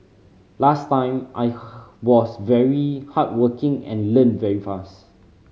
last time I was very hardworking and learnt very fast